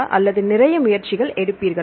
அல்லது நிறைய முயற்சிகள் எடுப்பீர்களா